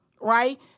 right